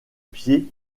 pieds